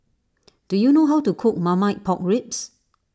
do you know how to cook Marmite Pork Ribs